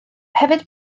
hefyd